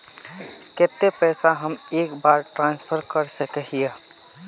केते पैसा हम एक बार ट्रांसफर कर सके हीये?